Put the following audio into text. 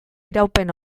iraupen